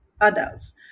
adults